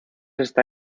está